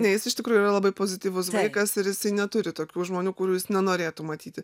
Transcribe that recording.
ne jis iš tikrųjų yra labai pozityvus vaikas ir jisai neturi tokių žmonių kurių jis nenorėtų matyti